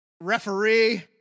referee